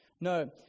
No